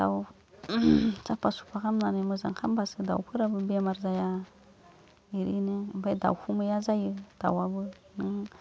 दाव साफा सुफा खामनानै मोजां खामबासो दावफोराबो बेमार जाया ओरैनो ओमफाय दावखुमैया जायो दावआबो नों